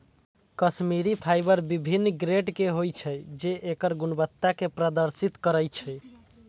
Kashmiri fibre विभिन्न grade के होइ छै, जे एकर गुणवत्ता कें प्रदर्शित करै छै